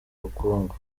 bukungu